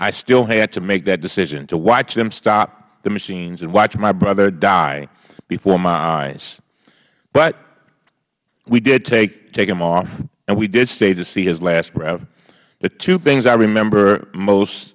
i still had to make that decision to watch them stop the machines and watch my brother die before my eyes but we did take him off and we did stay to see his last breath the two things i remember most